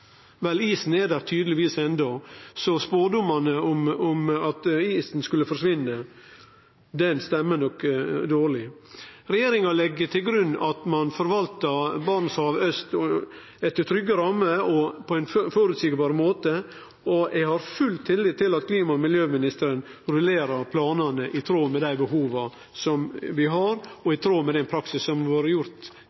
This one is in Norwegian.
Vel, isen er der tydelegvis enno, så spådomane om at isen skulle forsvinne, stemmer nok dårleg. Regjeringa legg til grunn at ein forvaltar Barentshavet aust etter trygge rammer og på ein føreseieleg måte, og eg har full tillit til at klima- og miljøministeren rullerer planane i tråd med dei behova vi har, og